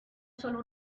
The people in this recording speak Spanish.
sólo